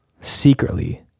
secretly